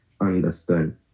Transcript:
understand